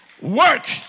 Work